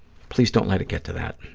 please don't let it get to that.